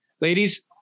Ladies